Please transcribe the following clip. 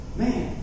man